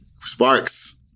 Sparks